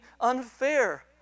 unfair